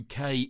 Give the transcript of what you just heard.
UK